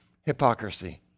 hypocrisy